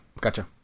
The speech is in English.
gotcha